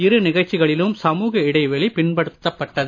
இரு நிகழ்ச்சிகளிலும் சமூக இடைவெளி பின்பற்றப் பட்டது